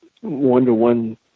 one-to-one